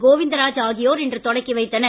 கோவிந்தராஜ் ஆகியோர் இன்று தொடக்கி வைத்தனர்